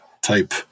type